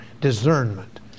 discernment